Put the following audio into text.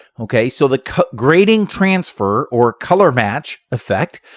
okay, so the grading transfer, or color match effect,